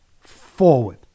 forward